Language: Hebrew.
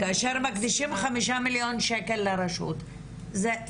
כאשר מקדישים 5 מיליון שקל לרשות זו